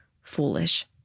Foolish